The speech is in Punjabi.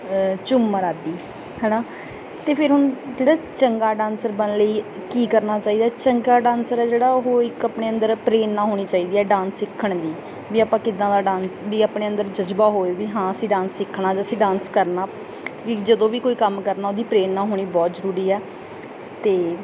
ਝੂਮਰ ਆਦਿ ਹੈ ਨਾ ਤੇ ਫਿਰ ਹੁਣ ਜਿਹੜਾ ਚੰਗਾ ਡਾਂਸਰ ਬਣਨ ਲਈ ਕੀ ਕਰਨਾ ਚਾਹੀਦਾ ਚੰਗਾ ਡਾਂਸਰ ਹੈ ਜਿਹੜਾ ਉਹ ਇੱਕ ਆਪਣੇ ਅੰਦਰ ਪ੍ਰੇਰਨਾ ਹੋਣੀ ਚਾਹੀਦੀ ਹੈ ਡਾਂਸ ਸਿੱਖਣ ਦੀ ਵੀ ਆਪਾਂ ਕਿੱਦਾਂ ਦਾ ਡਾਂ ਵੀ ਆਪਣੇ ਅੰਦਰ ਜਜ਼ਬਾ ਹੋਵੇ ਵੀ ਹਾਂ ਅਸੀਂ ਡਾਂਸ ਸਿੱਖਣਾ ਜਾਂ ਅਸੀਂ ਡਾਂਸ ਕਰਨਾ ਵੀ ਜਦੋਂ ਵੀ ਕੋਈ ਕੰਮ ਕਰਨਾ ਉਹਦੀ ਪ੍ਰੇਰਨਾ ਹੋਣੀ ਬਹੁਤ ਜ਼ਰੂਰੀ ਆ ਅਤੇ